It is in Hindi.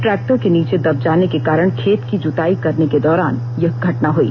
ट्रैक्टर के नीचे दब जाने के कारण खेत की जुताई करने के दौरान यह घटना हुई